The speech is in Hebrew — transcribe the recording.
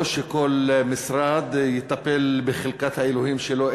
לא שכל משרד יטפל בחלקת האלוהים שלו,